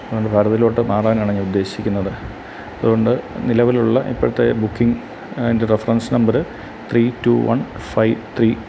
അതോണ്ട് ഭാരതിലോട്ട് മാറാനാണ് ഞാൻ ഉദ്ദേശിക്കുന്നത് അതുകൊണ്ട് നിലവിലുള്ള ഇപ്പോഴ്ത്തെ ബുക്കിങ് ൻ്റെ reference number three two one five three